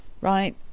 Right